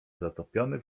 zatopiony